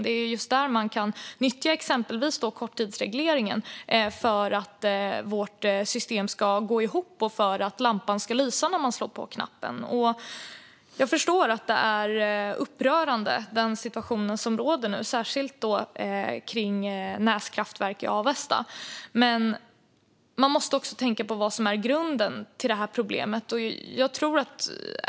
Det är just där man kan nyttja exempelvis korttidsregleringen för att vårt system ska gå ihop och för att lampan ska lysa när man trycker på knappen. Jag förstår att den situation som råder nu är upprörande, särskilt när det gäller Näs kraftverk i Avesta. Men man måste också tänka på vad som är grunden till detta problem.